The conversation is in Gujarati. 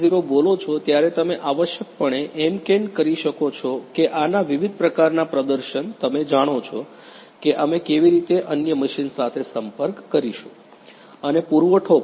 0 બોલો છો ત્યારે તમે આવશ્યકપણે એમકેન કરી શકો છો કે આના વિવિધ પ્રકારનાં પ્રદર્શન તમે જાણો છો કે અમે કેવી રીતે અન્ય મશીન સાથે સંપર્ક કરીશું અને પુરવઠો પણ